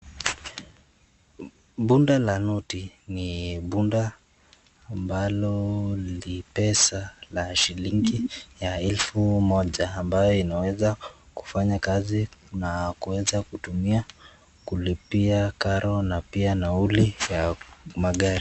Bunda la noti ni bunda ambalo li pesa la shilingi ya elfu moja ambayo inaweza kufanya kazi na kuweza kutumia kulipia karo na pia nauli vya magari.